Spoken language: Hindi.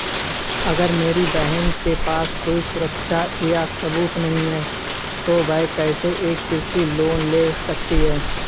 अगर मेरी बहन के पास कोई सुरक्षा या सबूत नहीं है, तो वह कैसे एक कृषि लोन ले सकती है?